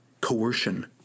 coercion